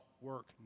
work